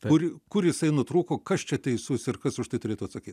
kur kur jisai nutrūko kas čia teisus ir kas už tai turėtų atsakyt